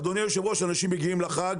אדוני היו"ר, אנשים מגיעים לחג